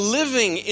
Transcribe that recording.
living